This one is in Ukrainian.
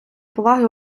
поваги